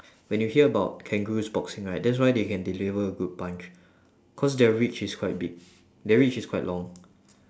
when you hear about kangaroos boxing right that's why they can deliver a good punch cause their reach is quite big their reach is quite long